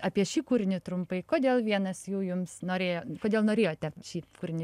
apie šį kūrinį trumpai kodėl vienas jų jums norėjo kodėl norėjote šį kūrinį